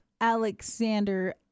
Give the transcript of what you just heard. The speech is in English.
Alexander